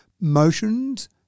motions